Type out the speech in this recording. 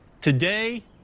Today